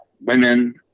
women